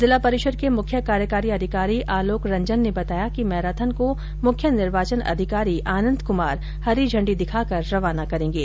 जिला परिषद के मुख्य कार्यकारी अधिकारी आलोक रंजन ने बताया कि मैराथन को मुख्य निर्वाचन अधिकारी आनन्द कुमार हरी झण्डी दिखाकर रवाना करेंगे